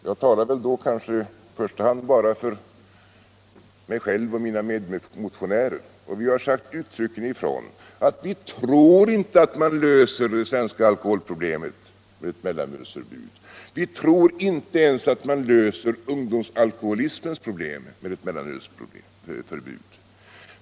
Jag talar då kanske i första hand endast för mig själv och mina medmotionärer. Vi har uttryckligen sagt ifrån att vi inte tror att man löser det svenska alkoholproblemet med ett mellanölsförbud. Vi tror inte ens att man löser ungdomsalkoholismens problem med ett mellanölsförbud.